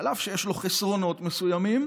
אף שיש לו חסרונות מסוימים,